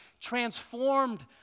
transformed